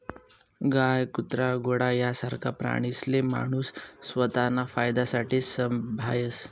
गाय, कुत्रा, घोडा यासारखा प्राणीसले माणूस स्वताना फायदासाठे संभायस